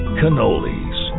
cannolis